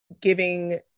giving